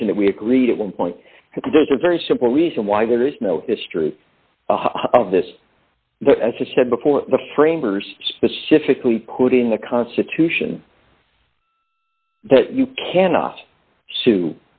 mention that we agreed at one point there's a very simple reason why there is no history of this as i said before the framers specifically put in the constitution that you cannot sue